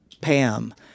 Pam